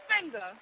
finger